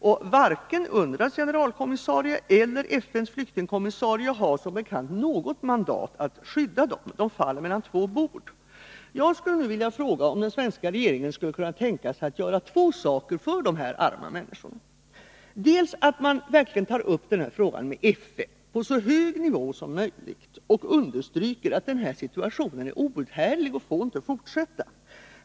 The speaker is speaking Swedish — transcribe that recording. Och varken UNRWA:s generalkommissarie eller FN:s flyktingkommissarie har som bekant något mandat att skydda dem. De faller mellan två bord. Jag skulle vilja fråga om den svenska regeringen kan tänkas göra två saker för dessa arma människor: dels ta upp frågan på så hög nivå som möjligt i FN, dels därvid understryka att den här situationen är outhärdlig och inte får fortsätta.